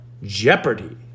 Jeopardy